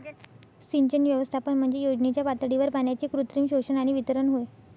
सिंचन व्यवस्थापन म्हणजे योजनेच्या पातळीवर पाण्याचे कृत्रिम शोषण आणि वितरण होय